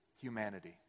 humanity